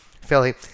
Philly